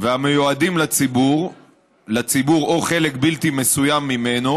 והמיועדים לציבור או לחלק בלתי מסוים ממנו